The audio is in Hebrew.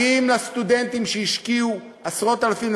הסטודנטים שהשקיעו עשרות-אלפים,